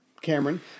Cameron